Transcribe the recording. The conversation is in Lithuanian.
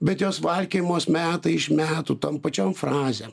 bet jos valkiojamos metai iš metų tom pačiom frazėm